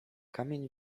kamień